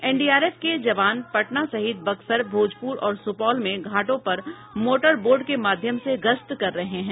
NDRF के जवान पटना सहित बक्सर भोजपुर और सुपौल में घाटों पर मोटर बोट के माध्यम से गश्त कर रहे हैं